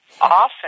often